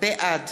בעד